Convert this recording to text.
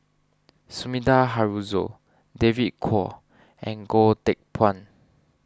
Sumida Haruzo David Kwo and Goh Teck Phuan